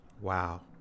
Wow